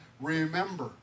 remember